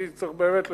אני צריך באמת לסיים.